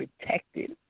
protected